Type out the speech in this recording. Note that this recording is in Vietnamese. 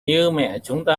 như